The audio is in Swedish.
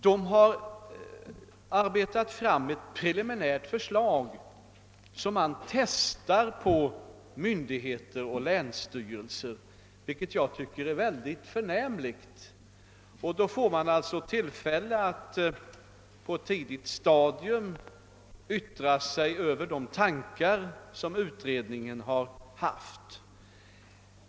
Den har arbetat fram ett preliminärt förslag, som testas på länsstyrelserna, vilket jag tycker är väldigt förnämligt. Dessa får alltså tillfälle att på ett tidigt stadium yttra sig över de tankar som utredningen har haft.